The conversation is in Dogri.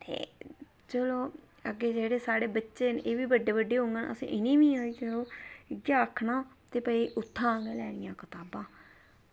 ते चलो अग्गें जेह्ड़े साढ़े बच्चे न एह्बी बड्डे बड्डे होङन ते इनें गी बी इयै आक्खना कि भई उत्थां गै लैनियां कताबां